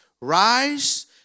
rise